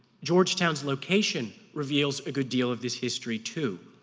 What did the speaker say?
georgetown's location reveals a good deal of this history too.